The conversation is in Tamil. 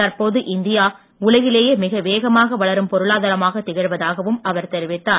தற்போது இந்தியா உலகிலேயே மிக வேகமாக வளரும் பொருளாதாரமாகத் திகழ்வதாகவும் அவர் தெரிவித்தார்